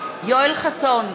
יואל חסון,